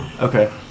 Okay